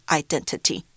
identity